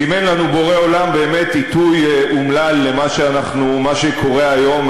זימן לנו בורא עולם באמת עיתוי אומלל למה שקורה היום,